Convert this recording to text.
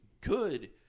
good